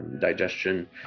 digestion